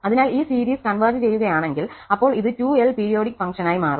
അതിനാൽ ഈ സീരീസ് ഒത്തുചേരുകയാണെങ്കിൽ അപ്പോൾ ഇത് 2l പീരിയോഡിക് ഫംഗ്ഷനായി മാറും